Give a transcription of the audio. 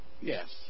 Yes